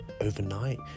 overnight